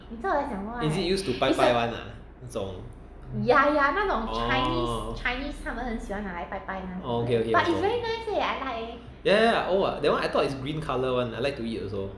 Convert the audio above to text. is it used to 拜拜 [one] 那种 orh orh okay okay 我懂 ya ya ya that one I thought is green colour one I like to eat also